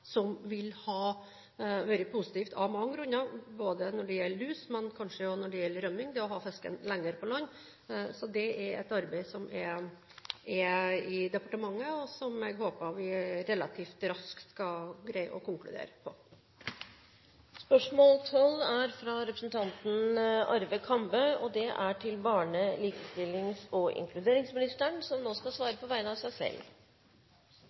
som vil være positivt av mange grunner, ikke bare når det gjelder lus, men kanskje også når det gjelder rømning. Det er et arbeid som pågår i departementet, og som jeg håper vi relativt raskt skal greie å konkludere på. «Nav fortsetter sin praksis med å frata fedre fedrekvoten, og flere opplever tilfeldig saksbehandling fordi statsråden ikke har laget et enklere regelverk, slik foreldre og